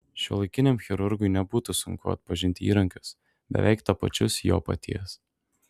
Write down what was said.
šiuolaikiniam chirurgui nebūtų sunku atpažinti įrankius beveik tapačius jo paties